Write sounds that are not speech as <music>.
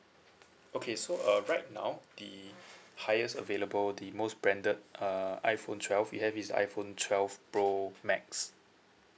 okay so <noise> uh right now the highest available the most branded uh iphone twelve we have is iphone twelve pro max